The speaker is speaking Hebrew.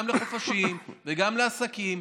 גם לחופשים וגם לעסקים,